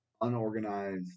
unorganized